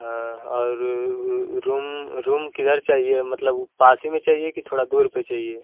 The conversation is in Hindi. हाँ और रूम रूम किधर चाहिए मतलब पास ही में चाहिए कि थोड़ा दूर पर चाहिए